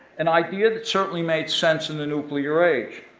an idea that certainly made sense in the nuclear age.